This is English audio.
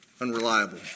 Unreliable